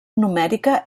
numèrica